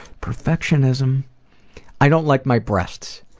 perfectionism i don't like my breasts,